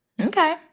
Okay